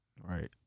Right